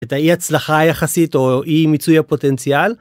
תהיה הצלחה יחסית או אי מיצוי הפוטנציאל...